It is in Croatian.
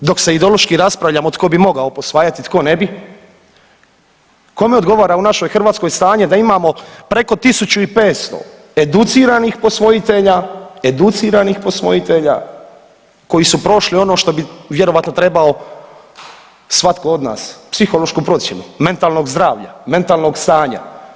Kad i dok se ideološki raspravljamo tko bi mogao posvajati, a tko ne bi, kome odgovara u našoj Hrvatskoj stanje da imamo preko 1.500 educiranih posvojitelja, educiranih posvojitelja koji su prošli ono što bi vjerojatno trebao svatko od nas, psihološku procjenu mentalnog zdravlja, mentalnog stanja.